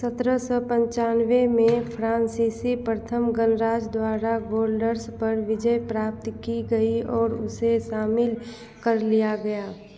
सतरह सौ पनचानवे में फ्रान्सीसी प्रथम गणराज्य द्वारा गोल्डर्स पर विजय प्राप्त की गई और उसे शामिल कर लिया गया